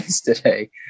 today